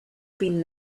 been